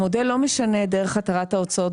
המודל לא משנה את דרך התרת ההוצאות